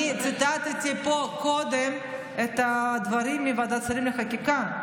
אני ציטטתי פה קודם את הדברים מוועדת השרים לחקיקה.